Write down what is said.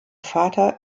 vater